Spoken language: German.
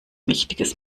wichtiges